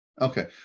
Okay